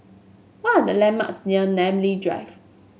what are the landmarks near Namly Drive